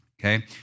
okay